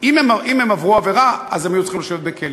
אם הם עברו עבירה, הם היו צריכים לשבת בכלא,